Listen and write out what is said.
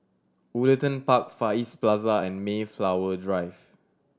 Woollerton Park Far East Plaza and Mayflower Drive